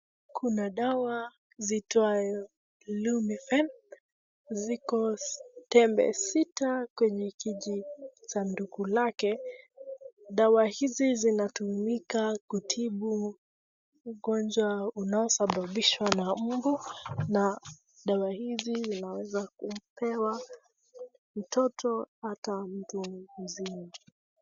Kuna dawa ziitwayo Lumifen, ziko tembe sita kwenye kijisanduku lake. Dawa hizi zinatumika kutibu umagonjwa unasababishwa na umbu na dawa hizi inauza kupewa mtoto ata mtu mzima.